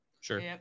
Sure